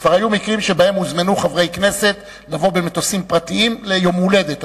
כבר היו מקרים שבהם הוזמנו חברי כנסת לבוא במטוסים פרטיים ליום הולדת.